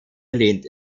lehnt